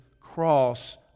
cross